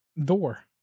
door